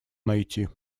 найти